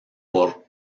por